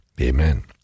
amen